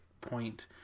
point